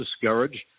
discouraged